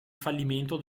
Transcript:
fallimento